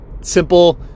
simple